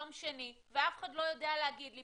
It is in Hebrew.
אותנו.